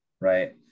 right